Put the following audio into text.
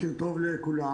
בוקר טוב לכולם.